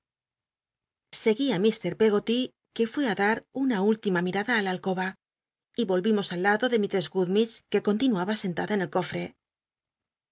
á mr peggoly que fu á dar una última mirada j la alcoba y volvimos al lado de mistress gummidge que cont inuaba sentada en el cofre